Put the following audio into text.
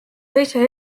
teise